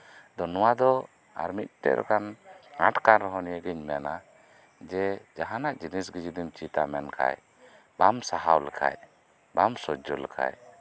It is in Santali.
ᱟᱫᱚ ᱱᱚᱶᱟ ᱫᱚ ᱟᱨ ᱢᱤᱫᱴᱮᱱ ᱞᱮᱠᱟᱱ ᱟᱸᱴ ᱠᱟᱱ ᱨᱮᱦᱚᱸ ᱱᱤᱭᱟᱹ ᱜᱤᱧ ᱢᱮᱱᱟ ᱡᱮ ᱡᱟᱦᱟᱸᱱᱟᱜ ᱡᱤᱱᱤᱥ ᱜᱮ ᱡᱩᱫᱤᱢ ᱪᱮᱫᱟ ᱢᱮᱱᱠᱷᱟᱱ ᱵᱟᱢ ᱥᱟᱦᱟᱣ ᱞᱮᱠᱷᱟᱱ ᱵᱟᱢ ᱥᱚᱡᱡᱳ ᱞᱮᱠᱷᱟ